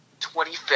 25th